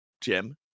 Jim